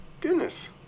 Goodness